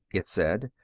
it said.